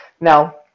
Now